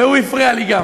וגם הוא הפריע לי.